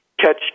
catch